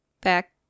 back